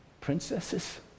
princesses